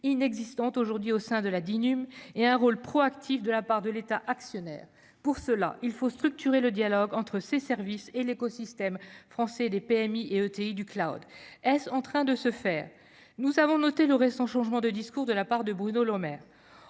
inexistante aujourd'hui au sein de la 10 num et un rôle proactif de la part de l'État actionnaire, pour cela il faut structurer le dialogue entre ses services et l'écosystème français des PMI et ETI du Claude, elles sont en train de se faire, nous avons noté le récent changement de discours de la part de Bruno Lemaire